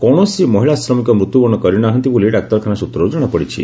କୌଣସି ମହିଳା ଶ୍ରମିକ ମୃତ୍ୟୁବରଣ କରିନାହାନ୍ତି ବୋଲି ଡାକ୍ତରଖାନା ସୂତ୍ରରୁ ଜଶାପଡିଛି